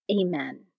Amen